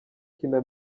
kina